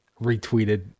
retweeted